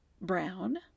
Brown